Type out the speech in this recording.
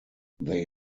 they